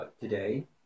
today